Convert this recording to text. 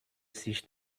sich